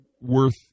worth